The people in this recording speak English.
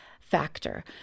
factor